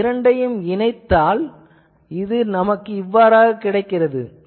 இந்த இரண்டையும் இணைத்தால் இது இவ்வாறாக ஆகிறது